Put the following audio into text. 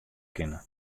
kinne